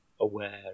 aware